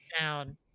down